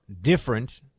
different